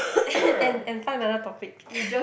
and and find another topic